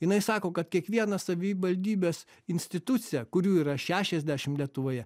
jinai sako kad kiekviena savivaldybės institucija kurių yra šešiasdešim lietuvoje